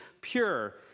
pure